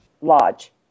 lodge